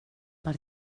per